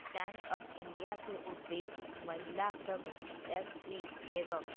stand up India के उद्देश्य महिला सभ, एस.सी एवं